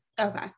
okay